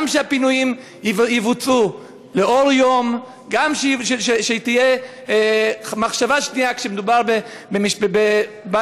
גם שהפינויים יבוצעו לאור יום וגם שתהיה מחשבה שנייה כשמדובר בבית